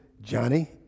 Johnny